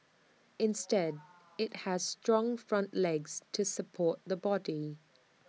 instead IT has strong front legs to support the body